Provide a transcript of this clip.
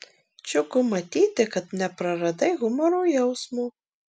džiugu matyti kad nepraradai humoro jausmo